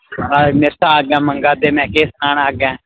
आ मेरे' शा अग्गें मंगा'रदे में केह् सनाना अग्गें